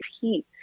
heat